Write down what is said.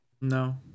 No